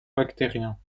bactérien